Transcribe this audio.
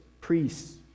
priests